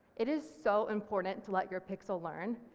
it is so important to let your pixel learn,